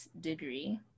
degree